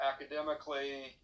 academically